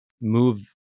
move